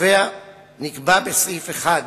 נקבע בסעיף 1